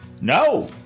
No